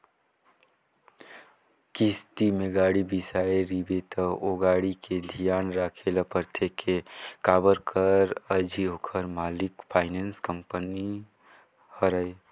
किस्ती में गाड़ी बिसाए रिबे त ओ गाड़ी के धियान राखे ल परथे के काबर कर अझी ओखर मालिक फाइनेंस कंपनी हरय